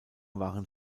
waren